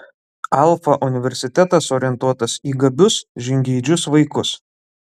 alfa universitetas orientuotas į gabius žingeidžius vaikus